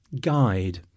guide